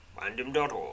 Random.org